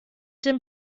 dem